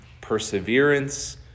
perseverance